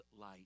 light